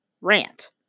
rant